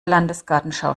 landesgartenschau